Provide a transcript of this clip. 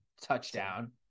Touchdown